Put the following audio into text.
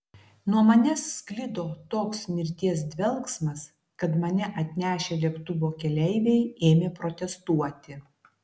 nuo manęs sklido toks mirties dvelksmas kad mane atnešę lėktuvo keleiviai ėmė protestuoti